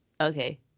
Okay